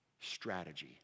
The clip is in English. strategy